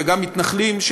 וגם מתנחלים,